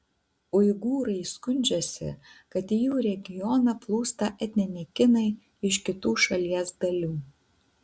uigūrai skundžiasi kad į jų regioną plūsta etniniai kinai iš kitų šalies dalių